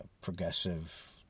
progressive